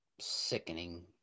sickening